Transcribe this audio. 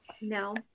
no